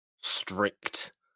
strict